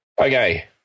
Okay